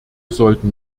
sollten